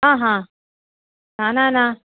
आहा न न न